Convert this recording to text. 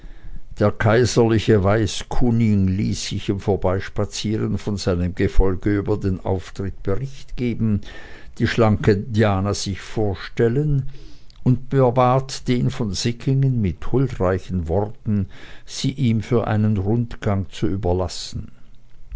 der kaiserliche weißkunig ließ sich im vorbeispazieren von seinem gefolge über den auftritt bericht geben die schlanke diana sich vorstellen und bat den von sickingen mit huldreichen worten sie ihm für einen rundgang zu überlassen